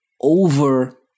over